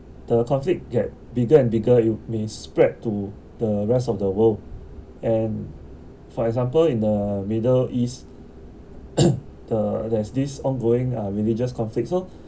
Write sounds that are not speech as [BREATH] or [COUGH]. the conflict get bigger and bigger it may spread to the rest of the world and for example in the middle east [BREATH] the there's this ongoing uh religious conflicts so [BREATH]